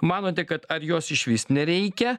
manote kad ar jos išvis nereikia